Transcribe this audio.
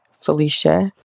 Felicia